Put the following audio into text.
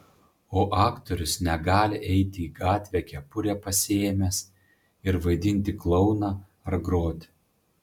o aktorius negali eiti į gatvę kepurę pasiėmęs ir vaidinti klouną ar groti